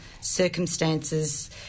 circumstances